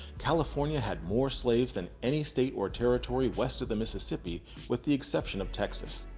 california had more slaves than any state or territory west of the mississippi with the exception of texas.